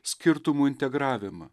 skirtumų integravimą